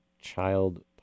child